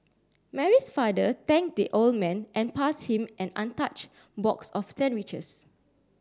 Mary's father thanked the old man and passed him an untouched box of sandwiches